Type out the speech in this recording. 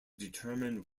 determine